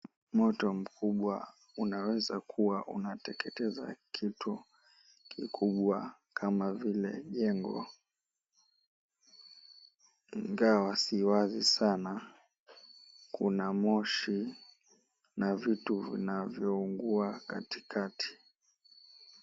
Moto mkubwa, unaweza kuwa unateketeza kitu kikubwa, kama vile jengo, ingawa siwazi sana kuna moshi na vitu vinavyoungua kati kati.